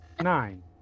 nine